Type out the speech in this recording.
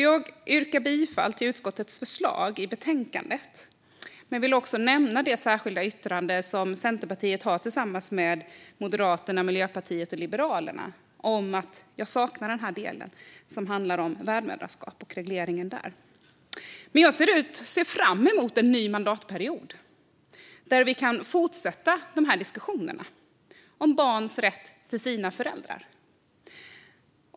Jag yrkar bifall till utskottets förslag men vill också nämna det särskilda yttrande som Centerpartiet har tillsammans med Moderaterna, Miljöpartiet och Liberalerna om att vi saknar den del som handlar om värdmoderskap och regleringen av detta. Jag ser fram emot en ny mandatperiod där vi kan fortsätta dessa diskussioner om barns rätt till sina föräldrar.